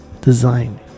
design